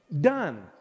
done